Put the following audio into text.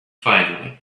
finally